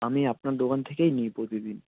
আমি আপনার দোকান থেকেই নিই প্রতিদিন